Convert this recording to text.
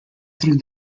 through